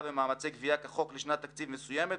במאמצי גבייה כחוק לשנת תקציב מסוימת,